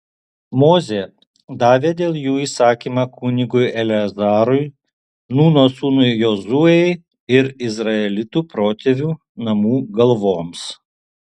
mozė davė dėl jų įsakymą kunigui eleazarui nūno sūnui jozuei ir izraelitų protėvių namų galvoms